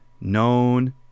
known